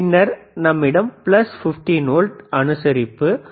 பின்னர் நம்மிடம் plus 15 volt அனுசரிப்பு ஏ